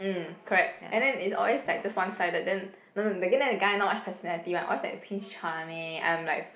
mm correct and then it's always like just one sided then guy not much personality one always like prince charming I'm like